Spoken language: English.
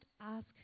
ask